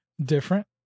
different